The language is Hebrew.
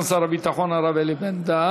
תודה לסגן שר הביטחון הרב אלי בן-דהן.